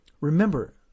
Remember